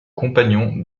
compagnon